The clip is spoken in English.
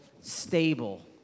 stable